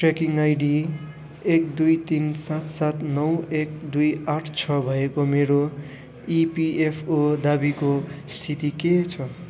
tracking ID एक दुई तिन सात सात नौ एक दुई आठ छ भएको मेरो इपिएफओ दावीको स्थिति के छ